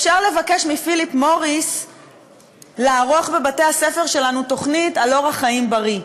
אפשר לבקש מפיליפ מוריס לערוך בבתי-הספר שלנו תוכנית לאורח חיים בריא.